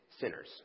sinners